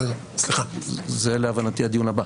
זה להבנתי הדיון הבא.